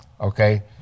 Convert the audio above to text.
Okay